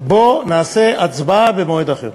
בוא נעשה הצבעה במועד אחר.